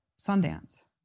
Sundance